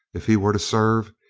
if he were to serve,